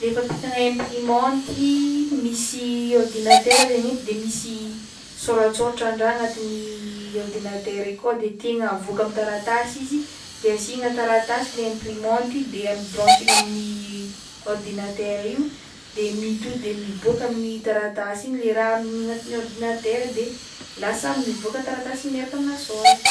Le fampiasagna imprimante ii misy ordinatera zaigny eto de misy soratsôratran-draha agnatin'ny ordinatera i kao de tiagna avoaka am'taratasy le imprimante ii de a- branchegna amin'ny ordinatera io de mi- to de miboaka amin'ny taratasy ign le raha amin'ny agnatin'ny ordinatera de lasa mivoaka taratasy miaraka amina soratra.